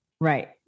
Right